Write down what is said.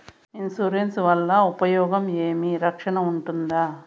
Insurance వల్ల ఉపయోగం ఏమి? రక్షణ ఉంటుందా?